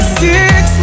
six